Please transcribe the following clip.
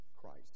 Christ